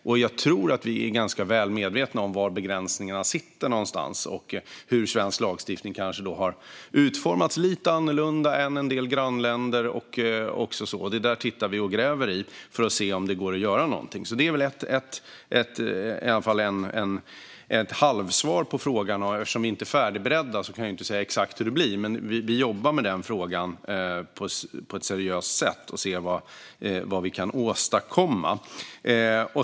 Och jag tror att vi är ganska väl medvetna om var begränsningarna finns och hur svensk lagstiftning kanske har utformats lite annorlunda än en del grannländers. Detta tittar vi på och gräver vi i för att se om något går att göra. Det är i alla fall ett halvsvar på frågan; eftersom den inte är färdigberedd kan jag inte säga exakt hur det blir. Men vi jobbar med frågan på ett seriöst sätt för att se vad vi kan åstadkomma.